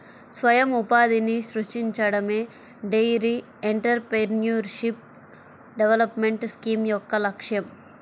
స్వయం ఉపాధిని సృష్టించడమే డెయిరీ ఎంటర్ప్రెన్యూర్షిప్ డెవలప్మెంట్ స్కీమ్ యొక్క లక్ష్యం